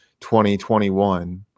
2021